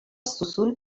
سوسول